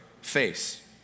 face